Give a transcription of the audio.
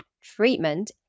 treatment